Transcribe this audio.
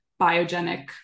biogenic